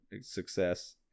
success